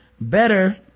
Better